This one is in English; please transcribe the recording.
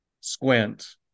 squint